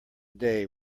day